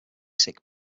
sick